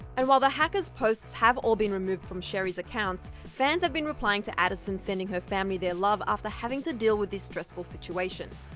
and while the hacker's posts have all been removed from sheri's accounts, fans have been replying to addison sending her family their love after having to deal with this stressful situation.